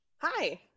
hi